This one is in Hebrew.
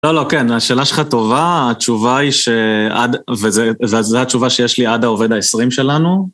לא, לא, כן, השאלה שלך טובה, התשובה היא שעד, וזה התשובה שיש לי עד העובד העשרים שלנו,